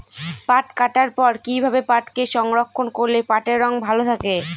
পাট কাটার পর কি ভাবে পাটকে সংরক্ষন করলে পাটের রং ভালো থাকে?